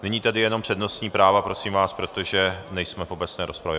Nyní tedy jenom přednostní práva, prosím vás, protože nejsme v obecné rozpravě.